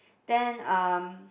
then um